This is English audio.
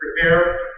Prepare